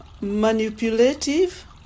manipulative